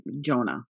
Jonah